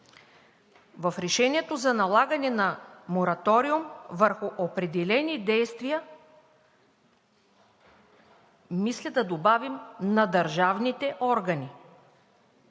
В Решението за налагане на мораториум върху определени действия мисля да добавим „на държавните органи“.